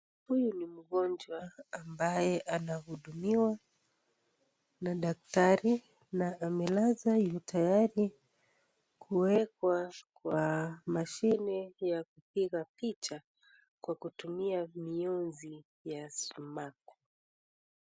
Huyu ni mgonjwa ambaye anahudumiwa na daktari na amelazwa yu tayari kuwekwa kwa mashine ya kupiga picha kwa kutumia miunzi ya sumaku.